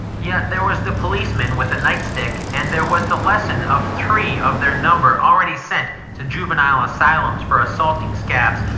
yet there was the policeman with a night stick and there was the lesson of three of their number already sent to juvenile asylums for assaulting scabs.